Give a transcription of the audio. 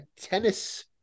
tennis